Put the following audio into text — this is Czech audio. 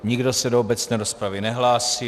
Nikdo se do obecné rozpravy nehlásí.